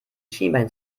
schienbein